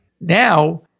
Now